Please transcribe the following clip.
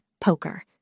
Poker